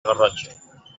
garrotxa